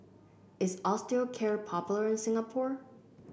is Osteocare popular in Singapore